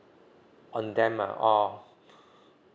on them lah or